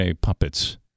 puppets